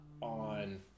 on